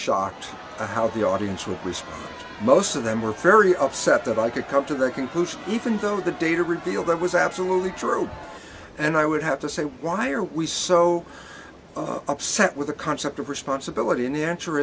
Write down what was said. shocked by how the audience will respond most of them were very upset that i could come to their conclusion even though the data reveal that was absolutely true and i would have to say why are we so upset with the concept of responsibility and the answer